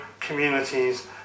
communities